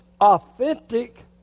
authentic